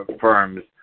firms